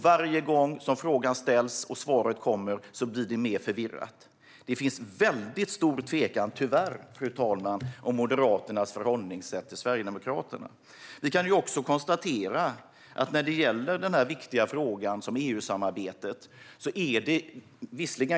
Varje gång som frågan ställs och svaret kommer blir det mer förvirrat. Det finns tyvärr en väldigt stor tveksamhet, fru talman, i fråga om Moderaternas sätt att förhålla sig till Sverigedemokraterna. Frågan om EU-samarbetet är viktig.